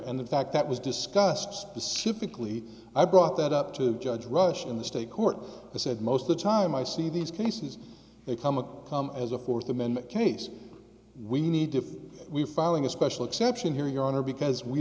and the fact that was discussed specifically i brought that up to the judge rush in the state court said most of the time i see these cases they come a come as a fourth amendment case we need to be filing a special exception here your honor because we